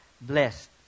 blessed